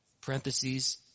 Parentheses